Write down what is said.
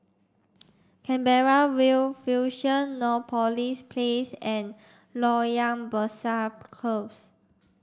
Canberra View Fusionopolis Place and Loyang Besar Close